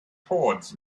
towards